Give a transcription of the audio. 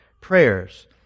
prayers